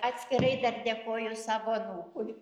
atskirai dar dėkoju savo anūkui